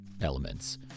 elements